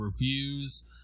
reviews